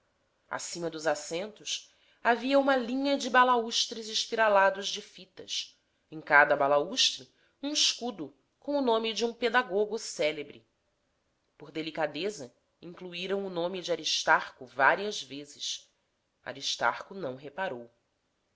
acima dos assentos havia uma linha de balaústres espiralados de fitas em cada balaústre um escudo com o nome de um pedagogo célebre por delicadeza incluíram o nome de aristarco várias vezes aristarco não reparou